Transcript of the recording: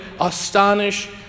astonish